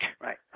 Right